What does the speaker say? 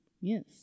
Yes